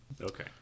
Okay